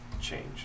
change